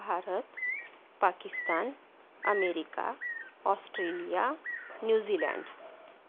Bharat Pakistan America Australia New Zealand